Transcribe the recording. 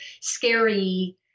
scary